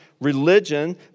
religion